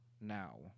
now